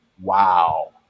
wow